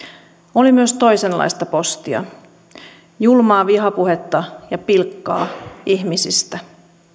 oli myös toisenlaista postia julmaa vihapuhetta ja pilkkaa ihmisistä